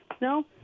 No